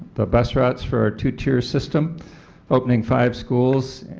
bus routes for our two-tier system opening five schools,